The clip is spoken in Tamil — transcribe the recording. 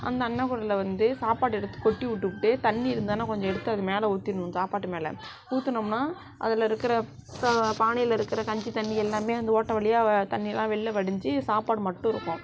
அந்த அன்னக்கூடையில் வந்து சாப்பாடு எடுத்து கொட்டி விட்டுப்புட்டு தண்ணி இருந்தான கொஞ்சம் எடுத்து அது மேலே ஊற்றிடணும் சாப்பாட்டு மேலே ஊற்றுனோம்னா அதில் இருக்கிற பானையில் இருக்கிற கஞ்சி தண்ணி எல்லாமே அந்த ஓட்டை வழியாக தண்ணியெலாம் வெளில வடிஞ்சு சாப்பாடு மட்டும் இருக்கும்